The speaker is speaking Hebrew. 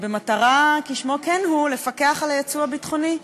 במטרה, כשמו כן הוא, לפקח על היצוא הביטחוני.